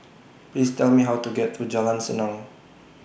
Please Tell Me How to get to Jalan Senang